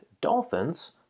dolphins